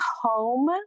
home